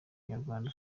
nyarwanda